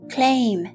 Claim